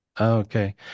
Okay